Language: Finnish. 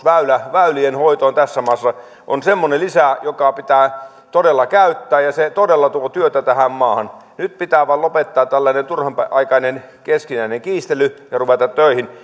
väylien hoitoon tässä maassa on semmoinen lisä joka pitää todella käyttää ja se todella tuo työtä tähän maahan nyt pitää vain lopettaa tällainen turhanaikainen keskinäinen kiistely ja ruveta töihin